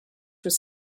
was